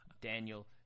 Daniel